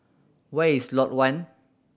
where is Lot One